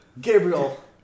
Gabriel